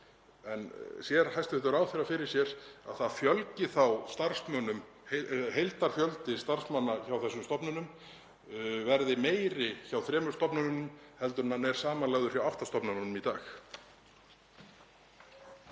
Sér hæstv. ráðherra fyrir sér að það fjölgi þá starfsmönnum, að heildarfjöldi starfsmanna hjá þessum stofnunum verði meiri hjá þremur stofnunum heldur en hann er samanlagður hjá átta stofnununum í dag?